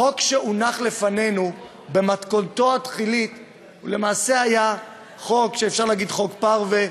החוק שהונח לפנינו במתכונתו ההתחלתית היה למעשה היה חוק פרווה,